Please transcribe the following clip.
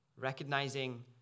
recognizing